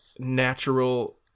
natural